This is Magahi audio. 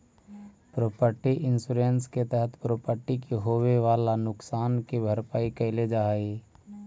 प्रॉपर्टी इंश्योरेंस के तहत प्रॉपर्टी के होवेऽ वाला नुकसान के भरपाई कैल जा हई